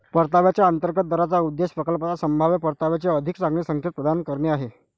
परताव्याच्या अंतर्गत दराचा उद्देश प्रकल्पाच्या संभाव्य परताव्याचे अधिक चांगले संकेत प्रदान करणे आहे